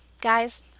guys